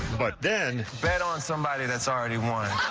but then fed on somebody that's already won.